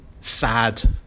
sad